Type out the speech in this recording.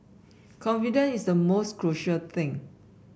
confidence is the most crucial thing